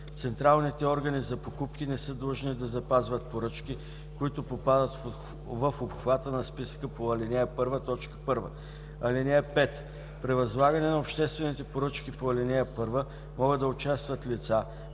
Централните органи за покупки не са длъжни да запазват поръчки, които попадат в обхвата на списъка по ал. 1, т. 1. (5) При възлагане на обществените поръчки по ал. 1 могат да участват лица,